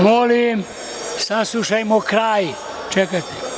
Molim, saslušajmo kraj.